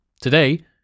Today